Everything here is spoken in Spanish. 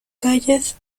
calles